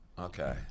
Okay